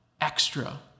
extra